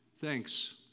Thanks